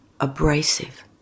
abrasive